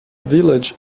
village